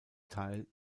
teil